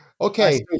okay